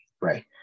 Right